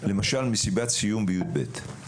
למשל מסיבת סיום ב-י"ב?